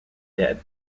dead